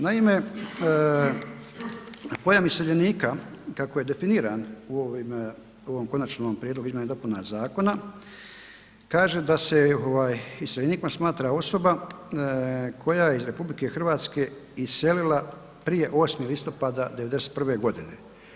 Naime, pojam iseljenika kako je definiran u ovom konačnom prijedlogu izmjena i dopuna zakona kaže da se ovaj iseljenikom smatra osoba koja je iz RH iselila prije 8. listopada 1991. godine.